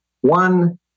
one